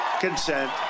consent